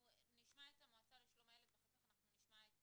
אנחנו נשמע את המועצה לשלום הילד ואנחנו כך אנחנו נשמע את